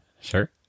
sure